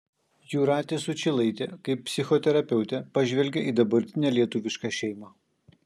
jūratės sučylaitė kaip psichoterapeutė pažvelgė į dabartinę lietuvišką šeimą